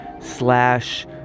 slash